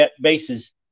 bases